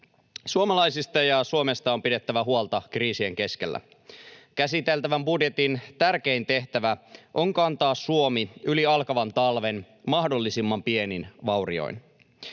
Suomalaisista ja Suomesta on pidettävä huolta kriisien keskellä. Käsiteltävän budjetin tärkein tehtävä on kantaa Suomi yli alkavan talven mahdollisimman pienin vaurioin.